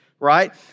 Right